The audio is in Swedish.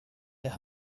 det